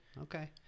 okay